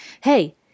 hey